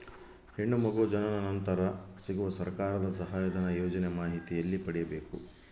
ಹೆಣ್ಣು ಮಗು ಜನನ ನಂತರ ಸಿಗುವ ಸರ್ಕಾರದ ಸಹಾಯಧನ ಯೋಜನೆ ಮಾಹಿತಿ ಎಲ್ಲಿ ಪಡೆಯಬೇಕು?